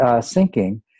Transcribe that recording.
sinking